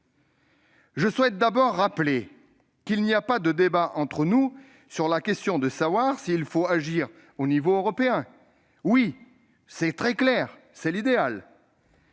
Je souhaite tout d'abord rappeler qu'il n'y a pas de débat entre nous sur la question de savoir s'il faut agir au niveau européen ; très clairement, c'est l'idéal